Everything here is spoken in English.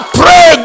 pray